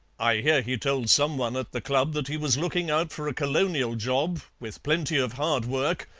i hear he told some one at the club that he was looking out for a colonial job, with plenty of hard work,